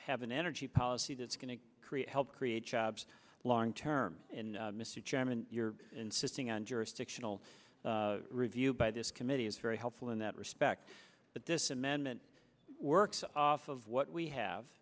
have an energy policy that's going to create help create jobs long term and mr chairman you're insisting on jurisdictional review by this committee is very helpful in that respect but this amendment works off of what we have